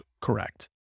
correct